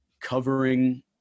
covering